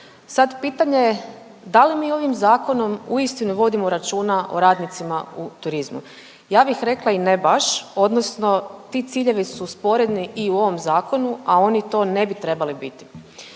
Sad pitanje, da li mi ovim zakonom uistinu vodimo računa o radnicima u turizmu? Ja bih rekla i ne baš odnosno ti ciljevi su sporedni i u ovom zakonu, a oni to ne bi trebali biti.